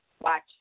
Watch